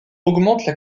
augmentent